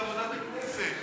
בזמן שאתם יושבים ומדברים.